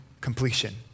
completion